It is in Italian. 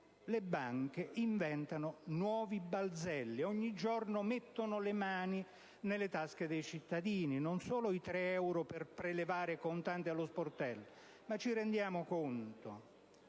le banche inventano nuovi balzelli e ogni giorno mettono le mani nelle tasche dei cittadini, non solo con i tre euro per prelevare contante allo sportello. Ci rendiamo conto?